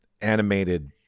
animated